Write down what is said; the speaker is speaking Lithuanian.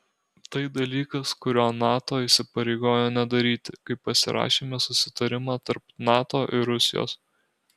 tai dalykas kurio nato įsipareigojo nedaryti kai pasirašėme susitarimą tarp nato ir rusijos